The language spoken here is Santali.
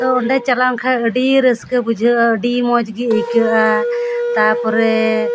ᱛᱚ ᱚᱸᱰᱮ ᱪᱟᱞᱟᱣ ᱞᱮᱱ ᱠᱷᱟᱱ ᱟᱹᱰᱤ ᱨᱟᱹᱥᱠᱟᱹ ᱵᱩᱡᱷᱟᱹᱜᱼᱟ ᱟᱹᱰᱤ ᱢᱚᱡᱽ ᱜᱮ ᱟᱹᱭᱠᱟᱹᱜᱼᱟ ᱛᱟᱯᱚᱨᱮ